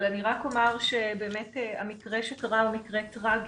אבל אני רק אומר שבאמת המקרה שקרה הוא מקרה טראגי,